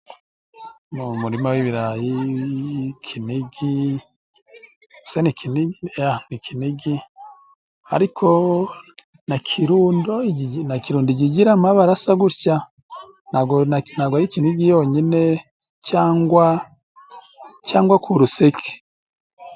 Ni umuririma w'ibirayi, kinigi se ni kinigi? Ni kinigi ariko na kirundo na kirundo ijya igira amabara asa gutya. Ntabwo ari kinigi yonyine cyangwa, cyangwa kuruseke.